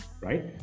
right